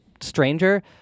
stranger